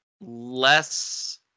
less